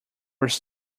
was